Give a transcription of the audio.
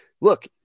look